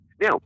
now